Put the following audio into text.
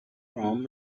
from